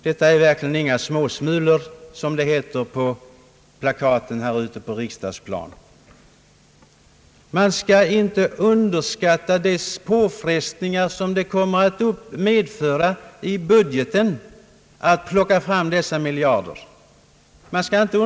Detta är verkligen inga »småsmulor», som det heter på plakaten ute på riksdagsplan: Man skall inte underskatta de påfrestningar i budgeten som det innebär att plocka fram dessa miljarder, när!